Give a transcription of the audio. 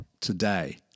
today